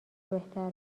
بهتر